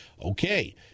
Okay